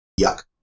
yuck